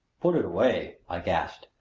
put it away! i gasped.